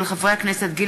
ובהצעת חברי הכנסת תמר